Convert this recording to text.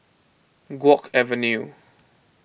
Guok Avenue